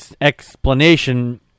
explanation